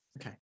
okay